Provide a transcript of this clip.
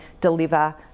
deliver